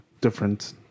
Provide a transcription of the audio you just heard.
different